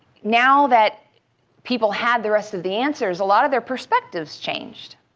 now that people had the rest of the answers, a lot of their perspectives changed